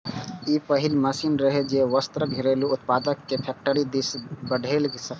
ई पहिल मशीन रहै, जे वस्त्रक घरेलू उत्पादन कें फैक्टरी दिस बढ़ेलकै